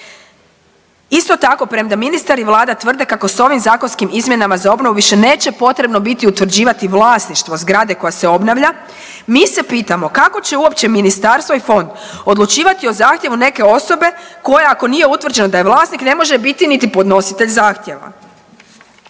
Isto tako, premda ministar i vlada tvrde kako se ovim zakonskim izmjenama za obnovu više neće potrebno biti utvrđivati vlasništvo zgrade koja se obnavlja, mi se pitamo kako će uopće ministarstvo i fond odlučivati o zahtjevu neke osobe koja ako nije utvrđeno da je vlasnik ne može biti niti podnositelj zahtjeva.